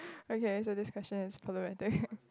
okay so this question is problematic